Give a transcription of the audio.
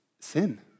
sin